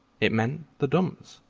it meant the dumps.